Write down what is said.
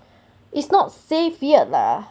it's not safe yet lah